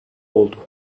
oldu